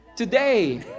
today